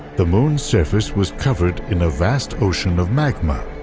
the moon's surface was covered in a vast ocean of magma.